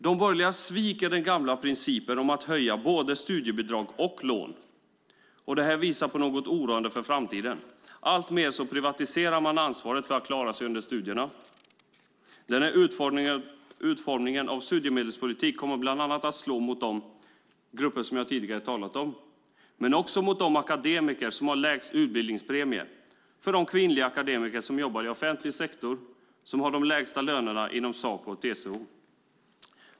De borgerliga sviker den gamla principen att höja både studiebidrag och lån. Det är oroande för framtiden. Alltmer privatiseras ansvaret för att klara sig under studierna. Denna utformning av studiemedelspolitiken kommer att slå mot de grupper som jag tidigare talat om men också mot de akademiker som har lägst utbildningspremie, de kvinnliga akademiker som jobbar i offentlig sektor och som har de lägsta lönerna inom Saco och TCO.